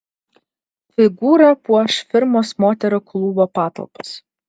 figūra puoš firmos moterų klubo patalpas